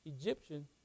Egyptian